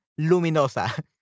luminosa